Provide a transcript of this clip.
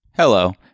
Hello